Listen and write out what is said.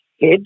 head